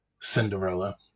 Cinderella